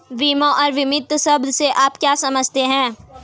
बीमा और बीमित शब्द से आप क्या समझते हैं?